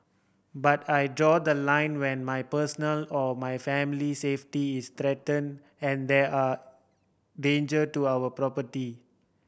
but I draw the line when my personal or my family safety is threaten and there are danger to our property